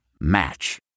Match